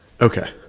Okay